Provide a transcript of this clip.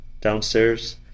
downstairs